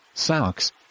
socks